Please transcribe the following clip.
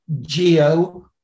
geo